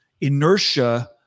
inertia